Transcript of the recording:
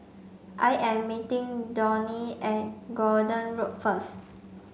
I am meeting Dawne at Gordon Road first